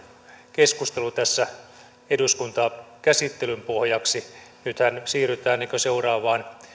keskustelu tässä eduskuntakäsittelyn pohjaksi nythän siirrytään seuraavaan